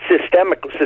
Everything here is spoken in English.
systemic